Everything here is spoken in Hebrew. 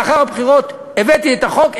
לאחר הבחירות הבאתי את החוק,